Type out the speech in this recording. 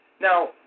Now